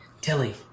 Tilly